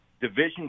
Division